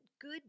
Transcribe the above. good